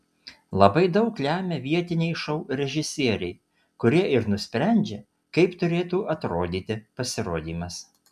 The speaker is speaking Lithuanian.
labai daug lemia vietiniai šou režisieriai kurie ir nusprendžia kaip turėtų atrodyti pasirodymas